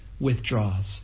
withdraws